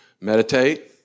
Meditate